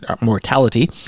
mortality